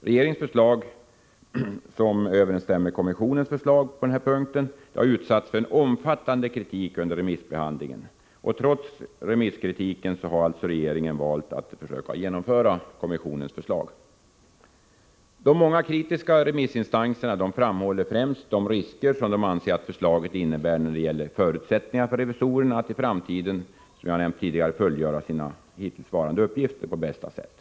Regeringens förslag överensstämmer på denna punkt med kommissionens förslag, vilket har utsatts för en omfattande kritik under remissbehandlingen. Trots remisskritiken har alltså regeringen valt att försöka genomföra kommissionens förslag. De många kritiska remissinstanserna framhåller främst de risker som de anser att förslaget innebär när det gäller för revisorerna att i framtiden — som jag har nämnt tidigare — kunna fullgöra sina hittillsvarande uppgifter på bästa sätt.